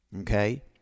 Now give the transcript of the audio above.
Okay